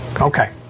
Okay